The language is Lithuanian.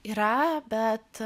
yra bet